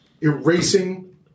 erasing